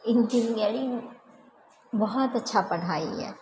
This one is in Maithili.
इंजीनियर बहुत अच्छा पढ़ाइ यए